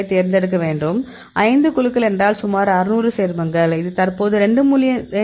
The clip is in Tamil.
தேர்ந்தெடுக்க வேண்டும் 5 குழுக்கள் என்றால் சுமார் 600 சேர்மங்கள் இது தற்போது 2